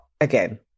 again